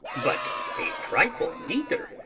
but a trifle neither,